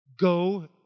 go